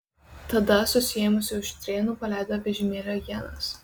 tada susiėmusi už strėnų paleido vežimėlio ienas